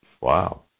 Wow